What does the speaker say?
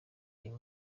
uyu